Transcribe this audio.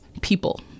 people